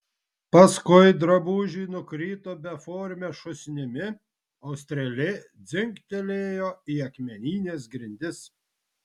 paskui drabužiai nukrito beforme šūsnimi o strėlė dzingtelėjo į akmenines grindis